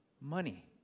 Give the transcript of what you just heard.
Money